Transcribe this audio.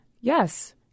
Yes